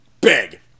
Big